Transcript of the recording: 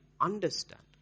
understand